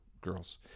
girls